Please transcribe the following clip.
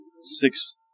six